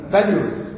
Values